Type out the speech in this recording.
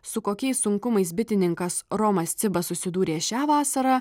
su kokiais sunkumais bitininkas romas cibas susidūrė šią vasarą